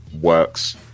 works